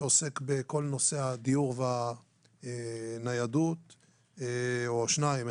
שעוסק בכל נושא הדיור והניידות; או שניים,